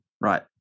Right